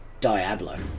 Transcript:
Diablo